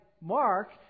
Mark